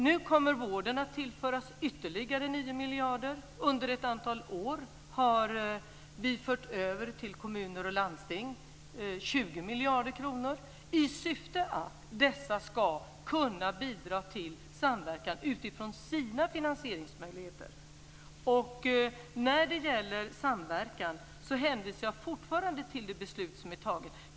Nu kommer vården att tillföras ytterligare 9 miljarder kronor. Under ett antal år har vi fört över 20 miljarder kronor till kommuner och landsting i syfte att dessa ska kunna bidra till samverkan utifrån sina finansieringsmöjligheter. När det gäller samverkan hänvisar jag fortfarande till det beslut som är fattat.